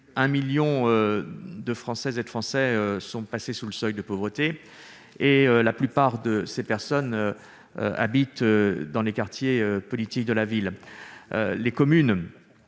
Un million de Françaises et de Français sont ainsi passés sous le seuil de pauvreté. La plupart de ces personnes habitent dans les quartiers prioritaires de la